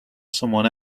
someone